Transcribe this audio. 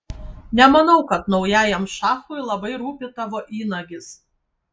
nemanau kad naujajam šachui labai rūpi tavo įnagis